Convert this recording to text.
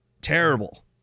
terrible